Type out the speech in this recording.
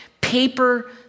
paper